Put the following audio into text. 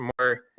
more